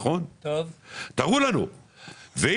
אולי